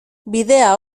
bidea